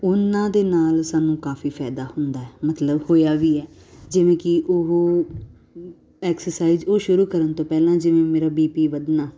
ਉਹਨਾਂ ਦੇ ਨਾਲ ਸਾਨੂੰ ਕਾਫੀ ਫਾਇਦਾ ਹੁੰਦਾ ਮਤਲਬ ਹੋਇਆ ਵੀ ਹੈ ਜਿਵੇਂ ਕਿ ਉਹ ਐਕਸਰਸਾਈਜ਼ ਉਹ ਸ਼ੁਰੂ ਕਰਨ ਤੋਂ ਪਹਿਲਾਂ ਜਿਵੇਂ ਮੇਰਾ ਬੀ ਪੀ ਵਧਣਾ